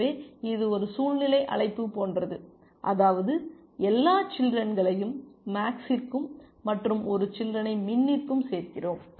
எனவே இது ஒரு சுழல்நிலை அழைப்பு போன்றது அதாவது எல்லா சில்றென்களையும் மேக்ஸ்ற்கும் மற்றும் ஒரு சில்றெனை மின்னிற்கும் சேர்க்கிறோம்